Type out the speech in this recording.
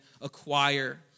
acquire